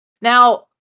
Now